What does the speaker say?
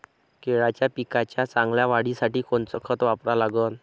केळाच्या पिकाच्या चांगल्या वाढीसाठी कोनचं खत वापरा लागन?